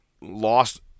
lost